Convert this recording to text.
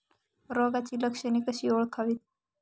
रोगाची लक्षणे कशी ओळखावीत?